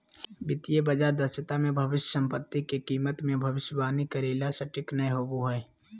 वित्तीय बाजार दक्षता मे भविष्य सम्पत्ति के कीमत मे भविष्यवाणी करे ला सटीक नय होवो हय